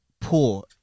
poor